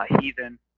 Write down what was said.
Heathen